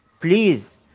please